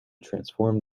transform